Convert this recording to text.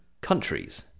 countries